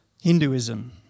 Hinduism